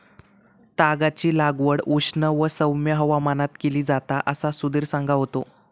तागाची लागवड उष्ण व सौम्य हवामानात केली जाता असा सुधीर सांगा होतो